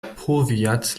powiat